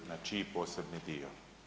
Na čiji posebni dio?